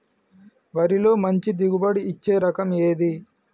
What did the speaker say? వరిలో మంచి దిగుబడి ఇచ్చే రకం ఏది?